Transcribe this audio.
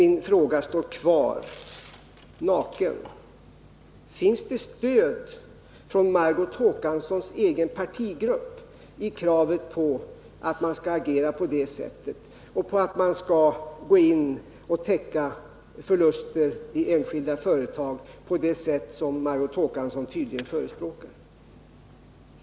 Min fråga står kvar, naken: Finns det stöd från Margot Håkanssons egen partigrupp för kravet på att man skall agera på det sätt hon talat för och gå in och täcka förluster i enskilda företag på det sätt som Margot Håkansson tydligen förespråkar?